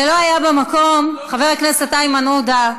זה לא היה במקום, חבר הכנסת איימן עודה.